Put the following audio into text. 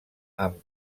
amb